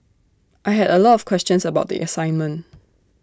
I had A lot of questions about the assignment